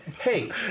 Hey